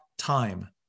time